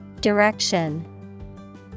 Direction